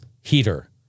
heater